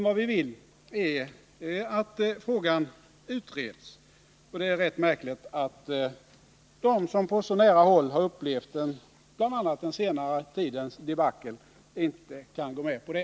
Vad vi vill är att frågan utreds, och det är rätt märkligt att de som på så nära håll upplevt bl.a. den senaste tidens debacle inte kan gå med på det.